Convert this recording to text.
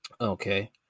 Okay